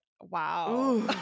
Wow